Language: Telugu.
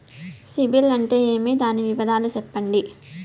సిబిల్ అంటే ఏమి? దాని వివరాలు సెప్పండి?